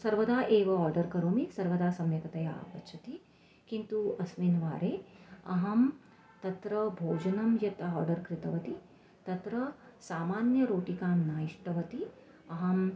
सर्वदा एव आर्डर् करोमि सर्वदा सम्यक्तया आगच्छति किन्तु अस्मिन् वारे अहं तत्र भोजनं यत् आर्डर् कृतवती तत्र सामान्यां रोटिकां न इष्टवती अहम्